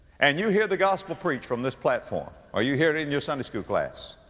and you hear the gospel preached from this platform or you hear it in your sunday school class,